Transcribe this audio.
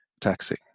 taxing